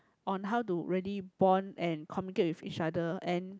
on how to really bond and communicate with each other and